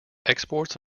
exports